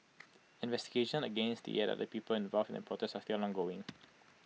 investigations against the eight other people involved in the protest are still ongoing